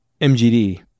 MGD